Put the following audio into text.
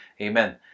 Amen